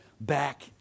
back